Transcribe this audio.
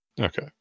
Okay